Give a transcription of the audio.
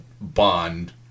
bond